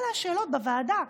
אלה השאלות בוועדה.